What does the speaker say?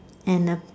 and a